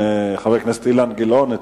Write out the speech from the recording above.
חבר הכנסת אילן גילאון,